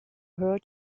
her